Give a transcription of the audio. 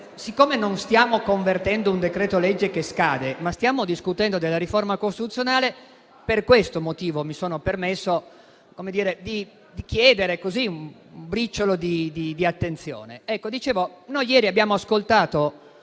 siccome non stiamo convertendo un decreto-legge che scade, ma stiamo discutendo della riforma costituzionale, mi sono permesso di chiedere un briciolo di attenzione. Dicevo che ieri abbiamo ascoltato